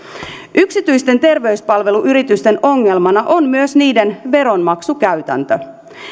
yksityisten terveyspalveluyritysten ongelmana on myös niiden veronmaksukäytäntö